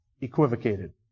equivocated